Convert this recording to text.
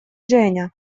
женя